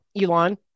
Elon